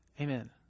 Amen